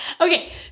Okay